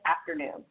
afternoon